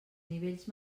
nivells